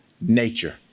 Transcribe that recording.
nature